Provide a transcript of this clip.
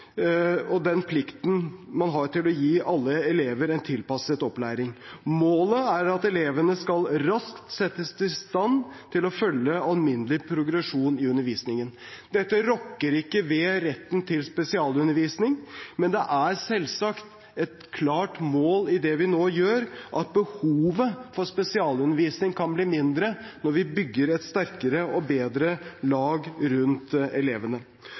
og den plikten man har til å gi alle elever tilpasset opplæring. Målet er at elevene raskt skal settes i stand til å følge alminnelig progresjon i undervisningen. Dette rokker ikke ved retten til spesialundervisning. Men det er selvsagt et klart mål i det vi nå gjør, at behovet for spesialundervisning kan bli mindre når vi bygger et sterkere og bedre lag rundt elevene.